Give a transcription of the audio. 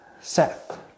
Seth